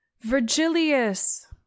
Virgilius